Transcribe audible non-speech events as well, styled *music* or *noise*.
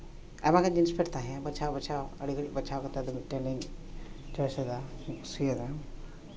ᱟᱭᱢᱟ ᱜᱮ jeans pant ᱛᱟᱦᱮᱸ ᱠᱟᱱᱟ ᱵᱟᱪᱷᱟᱣ ᱵᱟᱪᱷᱟᱣ ᱟᱹᱰᱤ ᱜᱷᱟᱹᱲᱤᱡ ᱵᱟᱪᱷᱟᱣ ᱵᱟᱪᱷᱟᱣ ᱢᱤᱫᱴᱮᱱ ᱞᱤᱧ *unintelligible* ᱠᱩᱥᱤᱭᱟᱫᱟ